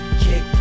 kick